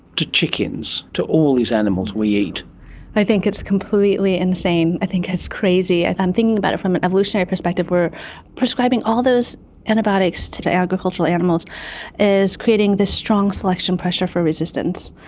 to chickens, to all these animals we eat i think it's completely insane, i think it's crazy. i am thinking about it from an evolutionary perspective we're prescribing all those antibiotics to to agricultural animals is creating this strong selection pressure for resistance.